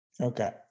Okay